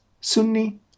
Sunni